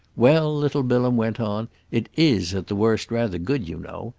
well, little bilham went on, it is at the worst rather good, you know.